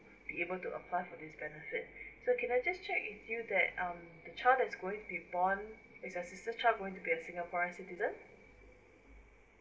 be able to apply for this benefit so can I just check with you that um the child that's going to be born is your sister child going to be a singaporean citizen